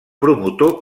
promotor